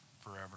forever